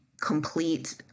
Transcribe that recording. complete